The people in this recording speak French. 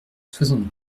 soixante